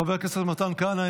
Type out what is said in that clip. חבר הכנסת מתן כהנא,